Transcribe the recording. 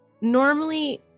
normally